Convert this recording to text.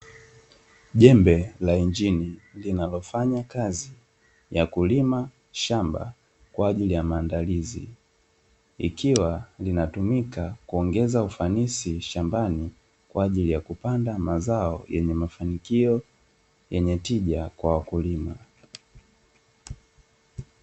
Jembe la injini linalofanya kazi ya kulima shamba kwa ajili ya maandalizi, ikiwa linatumika kuongeza ufanisi shambani kwa ajili ya kupanda mazao yenye mafanikio, yenye tija kwa wakulima.